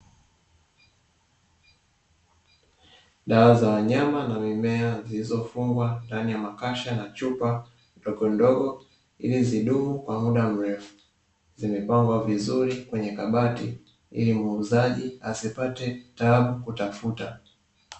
Dawa za wanyama na mimea zilizofunguliwa ndani ya makasha na chupa ndogondogo, ili zidumu kwa muda mrefu, zimepangwa vizuri kwenye kabati ili muuzaji asipate tabu kutafuta.